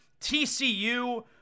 TCU